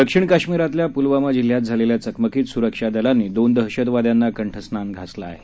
दक्षिण काश्मिरातल्या पुलवामा जिल्ह्यात झालेल्या चकमकीत सुरक्षा दलांनी दोन दहशतवाद्यांना कंठस्थान घातले आहे